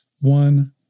one